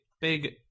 big